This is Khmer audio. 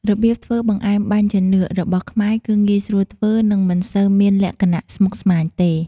របៀបធ្វើបង្អែមបាញ់ចានឿករបស់ខ្មែរគឺងាយស្រួលធ្វើ និងមិនសូវមានលក្ខណៈស្មុគស្មាញទេ។